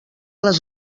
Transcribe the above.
les